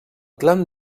clan